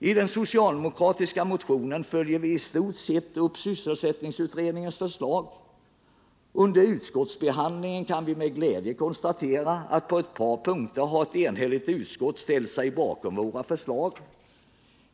I den socialdemokratiska motionen följde vi i stort upp sysselsättningsutredningens förslag. Under utskottsbehandlingen kunde vi med glädje konstatera att ett enhälligt utskott på ett par punkter ställt sig bakom våra förslag.